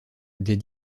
des